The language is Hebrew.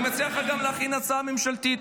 אני מציע לך גם להכין הצעה ממשלתית.